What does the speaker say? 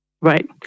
Right